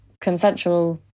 consensual